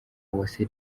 uwase